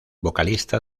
vocalista